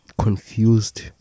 confused